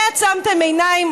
על זה עצמתם עיניים,